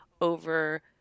over